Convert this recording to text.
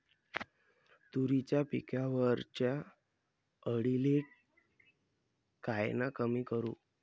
तुरीच्या पिकावरच्या अळीले कायनं कमी करू?